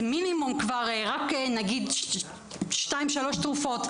זה מינימום רק נגיד 2-3 תרופות,